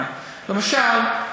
למשל,